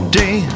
day